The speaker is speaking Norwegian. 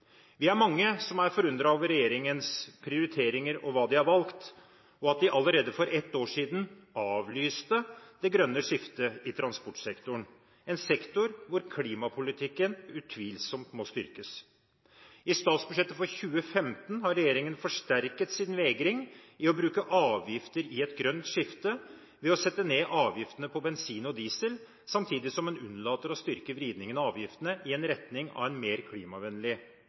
Vi er mange som er forundret over regjeringens prioriteringer, hva de har valgt, og over at de allerede for ett år siden avlyste det grønne skiftet i transportsektoren, en sektor hvor klimapolitikken utvilsomt må styrkes. I forslaget til statsbudsjett for 2015 har regjeringen forsterket sin vegring mot å bruke avgifter i et grønt skifte ved å sette ned avgiftene på bensin og diesel, samtidig som en unnlater å styrke vridningen av avgiftene i retning av en mer klimavennlig